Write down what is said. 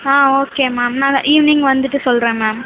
ஆ okay ma'am நான் evening வந்திட்டு சொல்கிறேன் மேம்